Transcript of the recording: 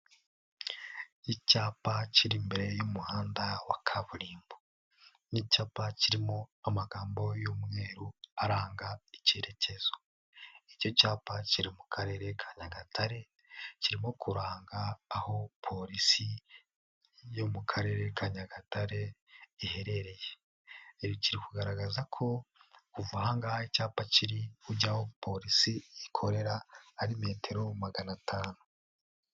Icyapa kiri imbere y'umuhanda wa kaburimbo ni icyapa kirimo amagambo y'umweru aranga icyerekezo, icyo cyapa kiri mu Karere ka Nyagatare kirimo kuranga aho polisi yo mu Karere ka Nyagatare iherereye, kiri kugaragaza ko kuva aha ngaha icyapa kiri ujya aho polisi ikorera ari metero magana atanu.